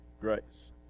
grace